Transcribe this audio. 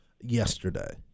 yesterday